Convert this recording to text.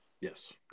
Yes